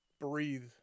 breathe